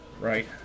Right